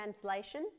Translation